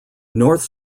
north